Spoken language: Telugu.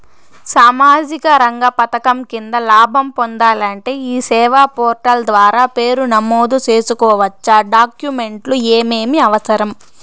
సామాజిక రంగ పథకం కింద లాభం పొందాలంటే ఈ సేవా పోర్టల్ ద్వారా పేరు నమోదు సేసుకోవచ్చా? డాక్యుమెంట్లు ఏమేమి అవసరం?